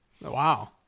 Wow